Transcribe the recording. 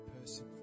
person